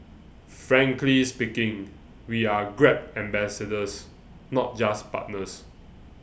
frankly speaking we are grab ambassadors not just partners